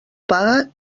paga